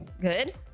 Good